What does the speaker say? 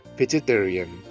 vegetarian